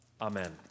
Amen